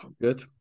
Good